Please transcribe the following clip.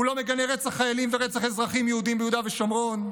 הוא לא מגנה רצח חיילים ורצח אזרחים יהודים ביהודה ושומרון.